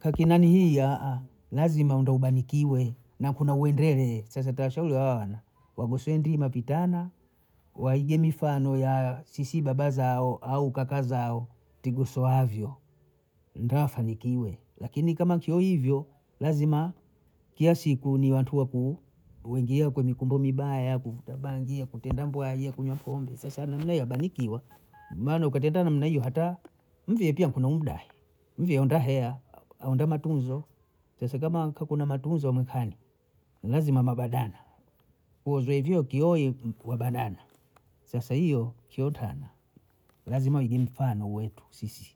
akinanihii lazima wende ufanikiwe na kuna wendelee sasa twawashauri hawa wana wagosowe ndima vitana, waige mifano ya sisi baba zao au kaka zao tigosoavyo ndo afanikiwe, lakini kama nchio hivyo lazima kiya siku ni hantua ku- kuingia kwenye mikumbo mibaya kuvuta bangi, ya kutenda mbwai, ya kunywa pombe, sasa mie abarikiwa manakutete namna hiyo hata myee pia kuna muda, myee aunda heya, aunda matunzo, sasa kama hakuna matunzo amekanda ni lazima ama badana kuuzwavyo kioyo ki umebanana, sasa hio kio ntana, lazima uige mfano wetu sisi